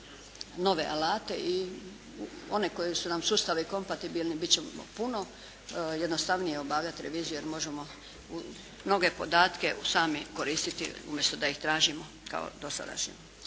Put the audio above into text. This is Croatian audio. nove alate i oni sustavi koji su nam kompatibilni bit će nam puno jednostavnije obavljati reviziju jer možemo mnoge podatke sami koristiti umjesto da ih tražimo kao dosadašnje.